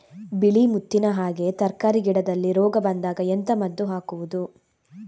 ಬಿಳಿ ಮುತ್ತಿನ ಹಾಗೆ ತರ್ಕಾರಿ ಗಿಡದಲ್ಲಿ ರೋಗ ಬಂದಾಗ ಎಂತ ಮದ್ದು ಹಾಕುವುದು?